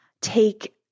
take